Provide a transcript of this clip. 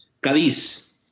Cadiz